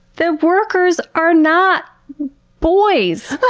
the workers are not boys!